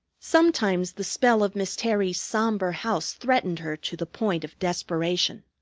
sometimes the spell of miss terry's sombre house threatened her to the point of desperation.